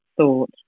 thought